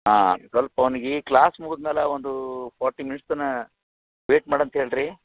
ಹಾಂ ಸ್ವಲ್ಪ ಅವ್ನಿಗೆ ಕ್ಲಾಸ್ ಮುಗುದ್ಮೇಲೆ ಒಂದು ಫೋರ್ಟಿ ಮಿನಿಟ್ಸ್ ತನಕ ವೇಯ್ಟ್ ಮಾಡಿ ಅಂತ ಹೇಳ್ರಿ